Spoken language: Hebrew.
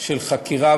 של חקירה,